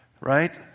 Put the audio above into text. right